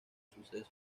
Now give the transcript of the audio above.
suceso